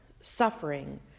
suffering